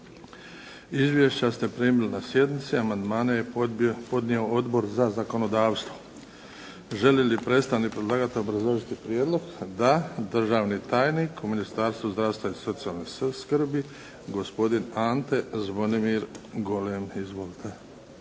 Izvješća ste primili na sjednici. Amandmane je podnio Odbor za zakonodavstvo. Želi li predstavnik predlagatelja obrazložiti prijedlog? Da. Državni tajnik u Ministarstvu zdravstva i socijalne skrbi gospodin Ante Zvonimir Golem. Izvolite.